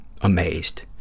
amazed